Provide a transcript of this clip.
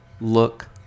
look